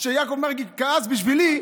שיעקב מרגי כעס בשבילי,